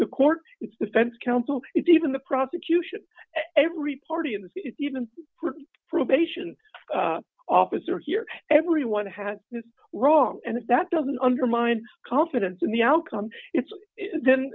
the court it's defense counsel it's even the prosecution every party and even her probation officer here everyone has this wrong and if that doesn't undermine confidence in the outcome it's then